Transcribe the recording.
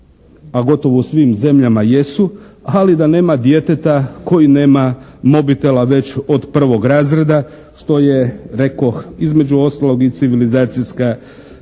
u gotovo svim zemljama jesu. Ali da nema djeteta koji nema mobitela već od prvog razreda što je rekoh između ostalog i civilizacijska tekovina